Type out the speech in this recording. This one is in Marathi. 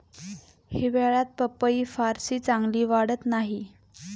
हिवाळ्यात पपई फारशी चांगली वाढत नाही